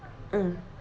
mm